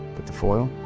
but the foil?